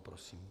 Prosím.